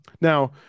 Now